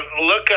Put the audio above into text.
look